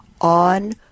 on